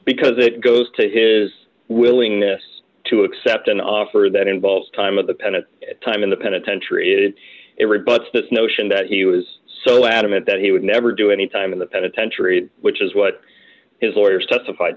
because it goes to his willingness to accept an offer that involves time of the pen and time in the penitentiary is it rebuts this notion that he was so adamant that he would never do any time in the penitentiary which is what his lawyers testified